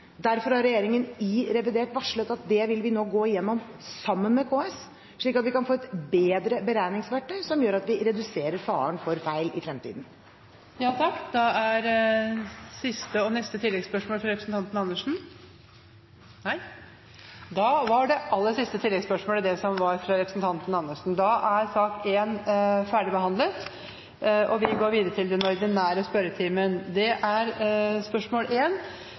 Derfor har regjeringen i revidert varslet at det vil vi nå gå gjennom sammen med KS, slik at vi kan få et bedre beregningsverktøy som gjør at vi reduserer faren for feil i fremtiden. Da er den muntlige spørretimen ferdig, og vi går videre til den ordinære spørretimen. Det blir en lang rekke endringer i den oppsatte spørsmålslisten. Presidenten viser i den sammenheng til den elektroniske spørsmålslisten som er